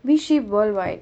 we ship worldwide